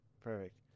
Perfect